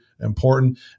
important